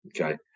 Okay